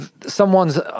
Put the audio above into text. someone's